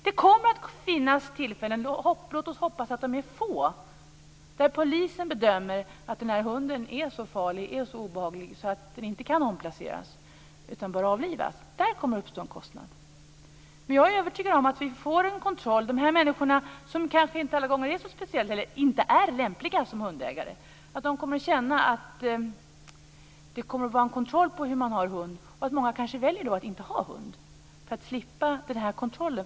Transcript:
Det kommer att finnas tillfällen - låt oss hoppas att de blir få - där polisen bedömer att hunden är så farlig och obehaglig att den inte kan omplaceras utan bör avlivas. Där kommer det att uppstå en kostnad. Jag är övertygad om att det blir en kontroll. De människor som inte är lämpliga som hundägare kommer att känna av att det blir en kontroll på hundar, och många kanske då väljer att inte ha hund för att slippa kontrollen.